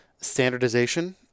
standardization